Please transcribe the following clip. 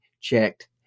checked